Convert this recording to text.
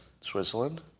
Switzerland